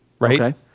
Right